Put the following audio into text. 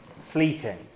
fleeting